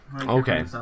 Okay